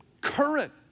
current